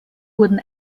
wurden